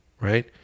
Right